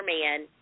man